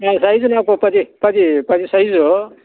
నా సైజు నాకు పది పది పది సైజు